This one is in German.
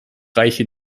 reiche